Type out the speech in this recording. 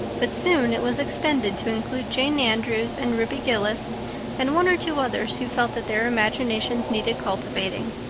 but soon it was extended to include jane andrews and ruby gillis and one or two others who felt that their imaginations needed cultivating.